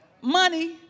money